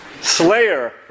slayer